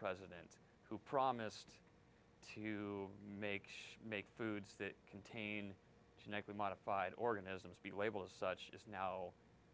president who promised to make sure make foods that contain genetically modified organisms be labeled as such just now